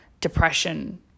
depression